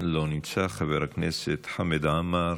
לא נמצא, חבר הכנסת חמד עמאר,